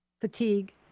fatigue